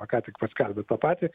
va ką tik paskelbė tą patį